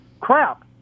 crap